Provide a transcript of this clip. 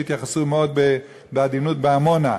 שהתייחסו מאוד בעדינות בעמונה,